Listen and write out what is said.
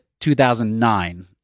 2009